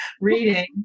reading